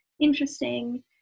interesting